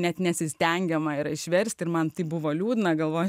net nesistengiama ir išversti ir man tai buvo liūdna galvoje